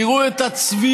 תראו את הצביעות.